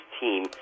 team